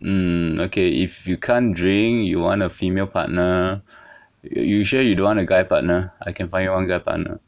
mm okay if you can't drink you want a female partner you you sure you don't want a guy partner I can find one guy partner